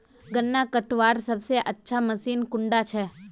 गन्ना कटवार सबसे अच्छा मशीन कुन डा छे?